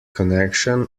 connection